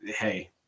hey